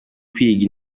kwiga